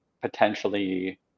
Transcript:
potentially